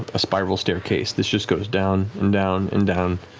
a spiral staircase, this just goes down and down and down,